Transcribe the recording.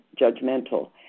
judgmental